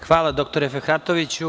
Hvala, dr Fehratoviću.